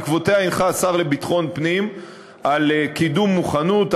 בעקבותיה הנחה השר לביטחון פנים על קידום מוכנות,